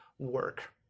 work